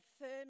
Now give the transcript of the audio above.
firm